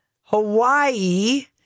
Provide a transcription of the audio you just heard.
Hawaii